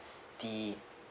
the